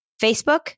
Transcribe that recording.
Facebook